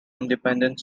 independent